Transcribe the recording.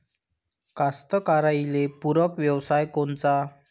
कास्तकाराइले पूरक व्यवसाय कोनचा?